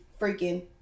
freaking